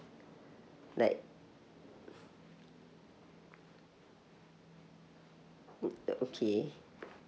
like mm the okay